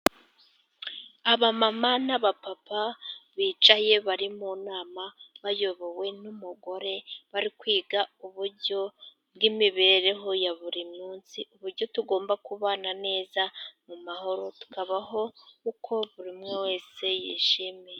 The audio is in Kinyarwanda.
Aba mama n'aba papa bicaye bari mu nama bayobowe n'umugore. bari kwiga uburyo bw'imibereho ya buri munsi, uburyo tugomba kubana neza mu mahoro, tukabaho uko buri umwe wese yishimiye.